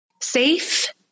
Safe